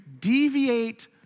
deviate